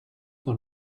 dans